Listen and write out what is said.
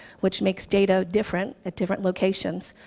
which makes data different at different locations.